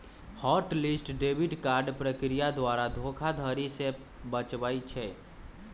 hot list debit card प्रक्रिया द्वारा धोखाधड़ी से बचबइ छै